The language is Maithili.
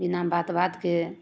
बिना बात बातके